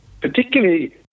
particularly